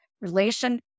relation